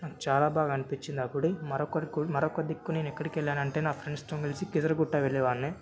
నాకు చాలా బాగా అనిపించిందా గుడి మరొకరికి మరొక దిక్కు నేనెక్కడికెళ్ళానంటే నా ఫ్రెండ్స్తో కలిసి కిజర్ గుట్ట వెళ్ళే వాడిని